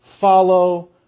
Follow